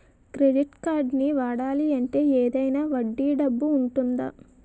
Credit కార్డ్ని వాడాలి అంటే ఏదైనా వడ్డీ డబ్బు ఉంటుందా?